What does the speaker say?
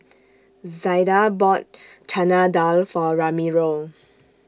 Zaida bought Chana Dal For Ramiro